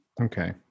Okay